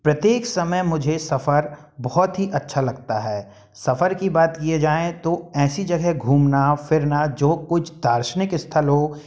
प्रत्येक समय मुझे सफर बहुत ही अच्छा लगता है सफर किए जाए तो ऐसी जगह घूमना फिरना जो कुछ दार्शनिक स्थल हो